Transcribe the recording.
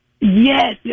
Yes